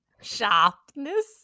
Sharpness